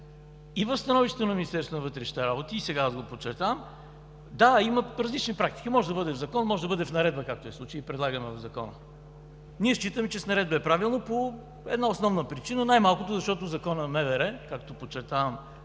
на вътрешните работи, сега аз го подчертавам – да, има различни практики, може да бъде в закон, може да бъде в наредба, както е в случая, и предлагаме в Закона. Ние считаме, че с наредба е правилно по една основна причина – най-малкото защото Законът за МВР, както подчертавам,